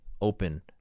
open